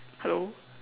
hello